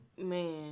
Man